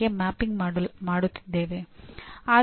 ಈ ಚೌಕಟ್ಟು ಹೇಗೆ ಕಾಣುತ್ತದೆ